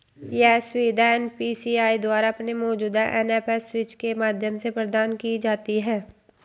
यह सुविधा एन.पी.सी.आई द्वारा अपने मौजूदा एन.एफ.एस स्विच के माध्यम से प्रदान की जाती है